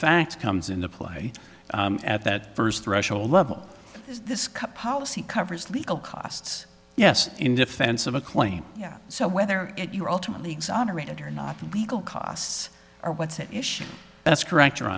facts comes into play at that first threshold level is this cut policy covers legal costs yes in defense of a claim yeah so whether you're ultimately exonerated or not legal costs are what's at issue that's correct